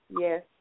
Yes